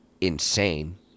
insane